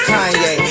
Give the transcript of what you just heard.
Kanye